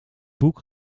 boek